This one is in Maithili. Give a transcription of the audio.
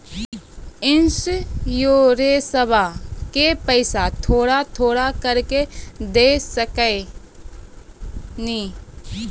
इंश्योरेंसबा के पैसा थोड़ा थोड़ा करके दे सकेनी?